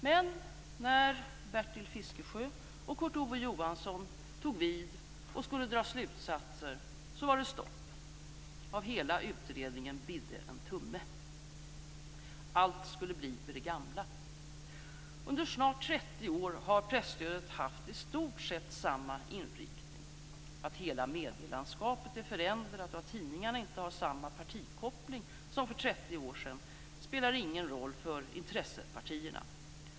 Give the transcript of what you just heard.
Men när Bertil Fiskesjö och Kurt Ove Johansson tog vid och skulle dra slutsatser var det stopp. Av hela utredningen bidde en tumme. Allt skulle bli vid det gamla. Under snart 30 år har presstödet haft i stort sett samma inriktning. Att hela medielandskapet är förändrat och att tidningarna inte har samma partikoppling som för 30 år sedan spelar ingen roll för intressepartierna.